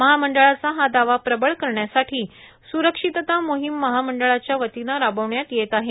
महामंडळाचा हा दावा प्रबळ करण्यासाठी स्रक्षितता मोहिम महामंडळाच्यावतीनं राबविण्यात येत आहे